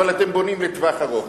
אבל אתם בונים לטווח ארוך.